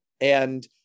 And-